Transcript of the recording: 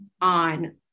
on